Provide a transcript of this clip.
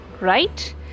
right